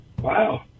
Wow